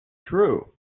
true